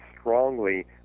strongly